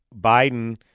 Biden